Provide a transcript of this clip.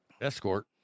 escort